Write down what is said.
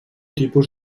tipus